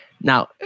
Now